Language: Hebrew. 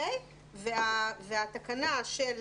והתקנה של